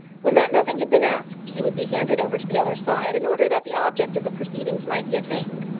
when that nothing had been asked, you would be handed over to the other side, in order that the object of the proceedings might be attained.